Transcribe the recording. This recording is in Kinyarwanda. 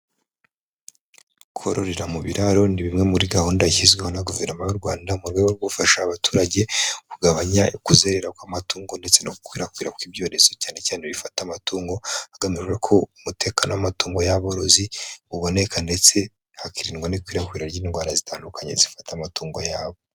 Kororera mu biraro ni bimwe muri gahunda yashyizweho na Guverinoma y'u Rwanda mu rwego rwo gufasha abaturage kugabanya kuzerera kw'amatungo ndetse no gukwirakwira kw'ibyorezo, cyane cyane bifata amatungo, hagamijwe ko umutekano w'amatungo y'aborozi uboneka ndetse hakiririndwa n'ikwirakwira ry'indwara zitandukanye zifata amatungo yabo.